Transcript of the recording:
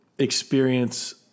experience